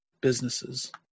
businesses